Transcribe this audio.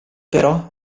però